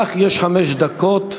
לך יש חמש דקות.